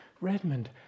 Redmond